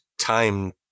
time